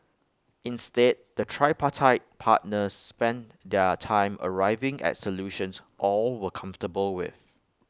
instead the tripartite partners spent their time arriving at solutions all were comfortable with